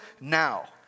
now